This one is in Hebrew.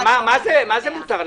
מה זה "מותר לה"?